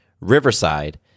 Riverside